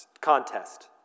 Contest